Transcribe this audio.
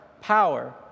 power